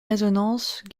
résonances